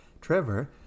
Trevor